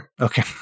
Okay